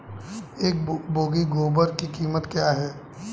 एक बोगी गोबर की क्या कीमत है?